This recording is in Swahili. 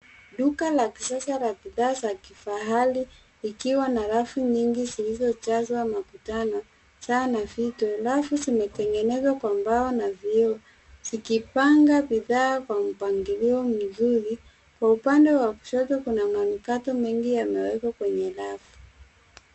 Duka la kisasa la bidhaa za kifahari ikiwa na rafu nyingi zilizojazwa makutano, saa na vitu. Rafu zimetengenezwa kwa mbao na vioo zikipanga bidhaa kwa mpangilio mzuri. Kwa upande wa kushoto kuna manukato mengi yamewekwa kwenye rafu.